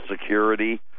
Security